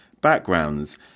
backgrounds